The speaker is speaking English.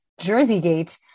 Jerseygate